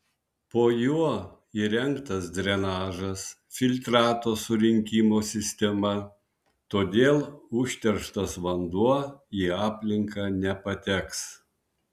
po juo įrengtas drenažas filtrato surinkimo sistema todėl užterštas vanduo į aplinką nepateks